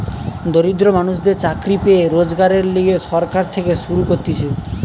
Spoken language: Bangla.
দরিদ্র মানুষদের চাকরি পেয়ে রোজগারের লিগে সরকার থেকে শুরু করতিছে